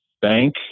bank